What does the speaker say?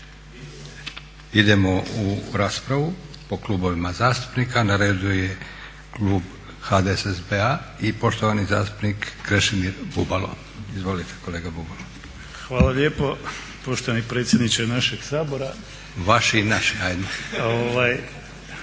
Idemo u raspravu po klubovima zastupnika. Na redu je klub HDSSB-a i poštovani zastupnik Krešimir Bubalo. Izvolite kolega Bubalo. **Bubalo, Krešimir (HDSSB)** Hvala lijepo poštovani predsjedniče našeg Sabora. …/Upadica